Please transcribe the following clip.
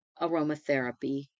aromatherapy